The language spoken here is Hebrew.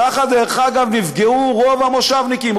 ככה, דרך אגב, נפגעו רוב המושבניקים.